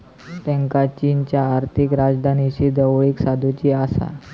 त्येंका चीनच्या आर्थिक राजधानीशी जवळीक साधुची आसा